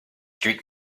streak